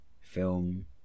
film